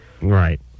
Right